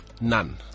none